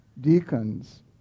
deacons